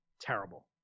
terrible